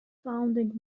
founding